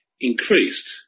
increased